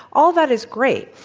all that is great.